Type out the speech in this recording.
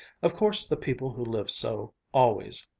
of course the people who live so always,